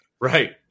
Right